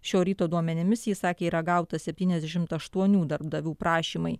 šio ryto duomenimis ji sakė yra gauta septyniasdešimt aštuonių darbdavių prašymai